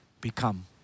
become